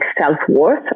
self-worth